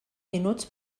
minuts